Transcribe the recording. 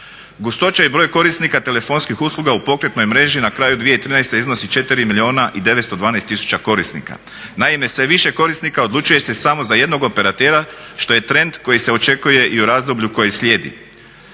Gustoća i broj korisnika telefonskih usluga u pokretnoj mreži na kraju 2013. iznosi 4 milijuna i 912 tisuća korisnika. Naime, sve više korisnika odlučuje se samo za jednog operatera što je trend koji se očekuje i u razdoblju koji slijedi.